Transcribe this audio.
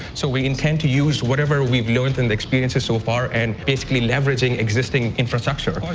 so we intend to use whatever we've learned in the experiences so far and basically leveraging existing infrastructure.